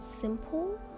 simple